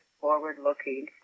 forward-looking